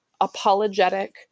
apologetic